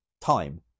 time